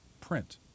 print